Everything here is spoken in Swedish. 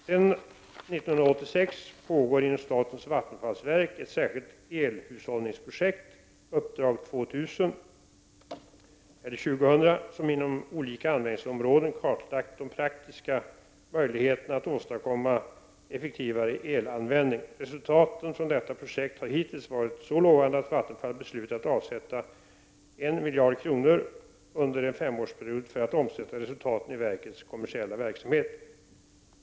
Sedan 1986 pågår inom statens vattenfallsverk ett särskilt elhushållningsprojekt, Uppdrag 2000, som inom olika användningsområden kartlagt de praktiska möjligheterna att åstadkomma effektivare elanvändning. Resultaten från detta projekt har hittills varit så lovande att Vattenfall beslutat avsätta I miljard kronor under en femårsperiod för att omsätta resultaten i verkets kommersiella verksamhet.